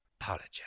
apologize